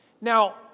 Now